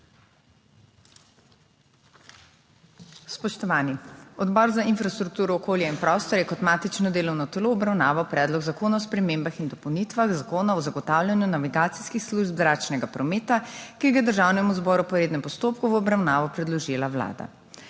Spoštovani! Odbor za infrastrukturo, okolje in prostor je kot matično delovno telo obravnaval Predlog zakona o spremembah in dopolnitvah Zakona o zagotavljanju navigacijskih služb zračnega prometa, ki ga je Državnemu zboru po rednem postopku v obravnavo predložila Vlada.